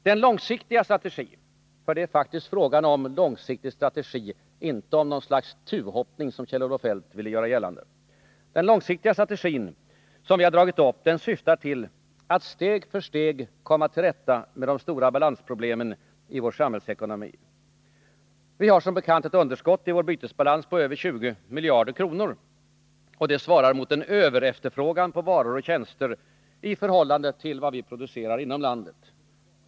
Den långsiktiga strategi — för det är faktiskt fråga om en långsiktig strategi, inte om något slags tuvhoppning som Kjell-Olof Feldt ville göra gällande — som den svenska regeringen har dragit upp syftar till att steg för steg angripa de stora balansproblemen i vår samhällsekonomi. Vi har som bekant ett underskott i vår bytesbalans på över 20 miljarder kronor. Det svarar mot en överefterfrågan på varor och tjänster i förhållande till vad vi producerar inom landet.